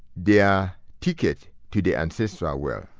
yeah ticket to the ancestral world.